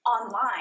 online